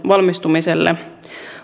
valmistumiselle